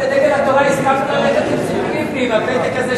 גברתי היושבת-ראש,